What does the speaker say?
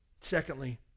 Secondly